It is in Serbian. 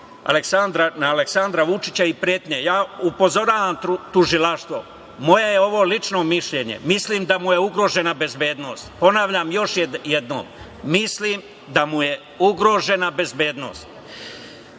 Aleksandra Vučića i pretnje. Ja upozoravam tužilaštvo, ovo je moje lično mišljenje - mislim da mu je ugrožena bezbednost. Ponavljam još jednom - mislim da mu je ugrožena bezbednost. Podsećam